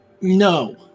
No